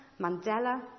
Mandela